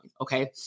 okay